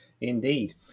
Indeed